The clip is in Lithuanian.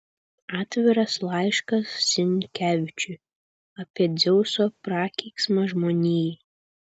atviras laiškas sinkevičiui apie dzeuso prakeiksmą žmonijai